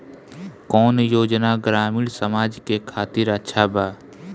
कौन योजना ग्रामीण समाज के खातिर अच्छा बा?